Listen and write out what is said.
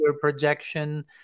projection